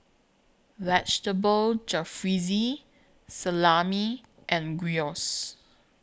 Vegetable Jalfrezi Salami and Gyros